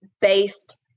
based